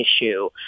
issue